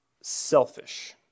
selfish